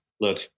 look